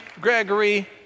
Gregory